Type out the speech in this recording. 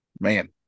Man